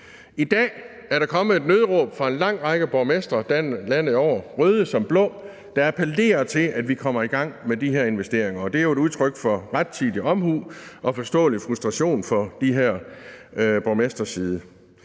I dag er der kommet et nødråb fra en lang række borgmestre landet over, røde som blå, der appellerer til, at vi kommer i gang med de her investeringer, og det er jo et udtryk for rettidig omhu og forståelig frustration fra de her borgmestres side.